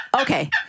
Okay